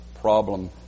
problem